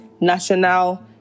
national